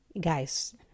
Guys